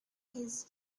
his